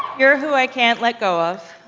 you're who i can't let go of